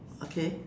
okay